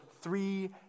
three